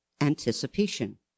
anticipation